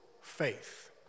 faith